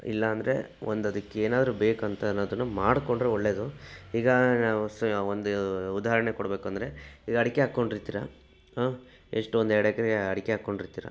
ಇಲ್ಲ ಅಂದರೆ ಒಂದು ಅದಕ್ಕೆ ಏನಾದ್ರೂ ಬೇಕಂತ ಅನ್ನೋದನ್ನು ಮಾಡ್ಕೊಂಡ್ರೆ ಒಳ್ಳೆಯದು ಈಗ ನಾವು ಒಂದು ಉದಾಹರಣೆ ಕೊಡಬೇಕು ಅಂದರೆ ಅಡಿಕೆ ಹಾಕ್ಕೊಂಡು ಇರ್ತೀರ ಎಷ್ಟೊಂದು ಎರಡು ಎಕರೆ ಅಡಿಕೆ ಹಾಕ್ಕೊಂಡು ಇರ್ತೀರಾ